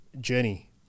journey